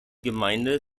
gemeinde